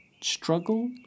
struggle